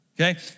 Okay